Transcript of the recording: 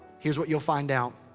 here's what you'll find out.